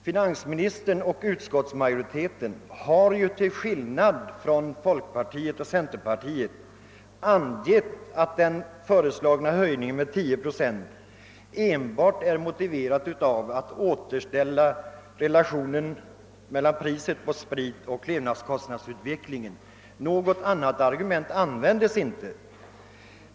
Finansministern och utskottsmajoriteten har till skillnad från folkpartiet och centerpartiet angivit att den föreslagna höjningen med 10 procent enbart motiveras med ett återställande av relationen mellan spritpris och levnadskostnadsutveckling. Något annat argument anförs inte.